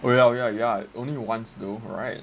oh yeah yeah only once though right